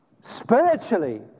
spiritually